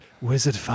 wizard